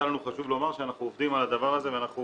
היה לנו חשוב לומר שאנחנו עובדים על הדבר הזה ואנחנו